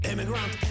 Immigrant